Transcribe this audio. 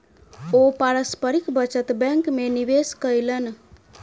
ओ पारस्परिक बचत बैंक में निवेश कयलैन